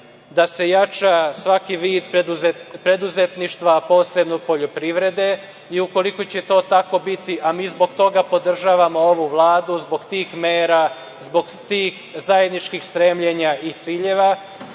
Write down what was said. da se jača svaki vid preduzetništva, a posebno poljoprivrede. Ukoliko će to tako biti, a mi zbog toga podržavamo ovu Vladu, zbog tih mera, zbog tih zajedničkih stremljenja i ciljeva,